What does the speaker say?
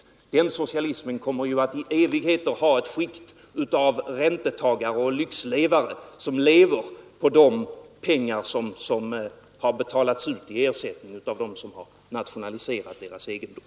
En sådan socialism kommer i evighet att ha ett skikt av räntetagare och lyxlevare, som lever på de pengar som har betalats ut i ersättning av dem som nationaliserat deras egendom.